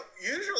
usually